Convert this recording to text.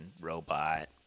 robot